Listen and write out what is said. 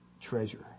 treasure